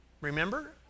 Remember